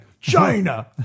China